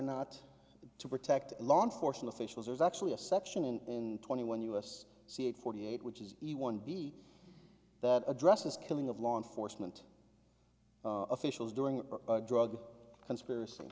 not to protect law enforcement officials there's actually a section in twenty one u s seat forty eight which is a one beat that addresses killing of law enforcement officials during a drug conspiracy